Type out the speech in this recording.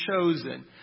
chosen